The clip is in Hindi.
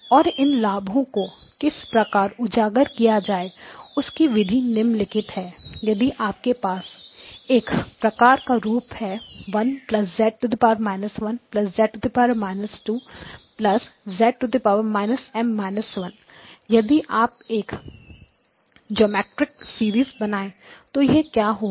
और इन लाभों को किस प्रकार उजागर किया जाए उसकी विधि निम्नलिखित है यदि आपके पास कुछ इस प्रकार का रूप है 1z−1 z−2z− M −1 यदि आप एक जियोमीट्रिक सीरीज बनाए तो यह क्या होगा